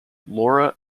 laura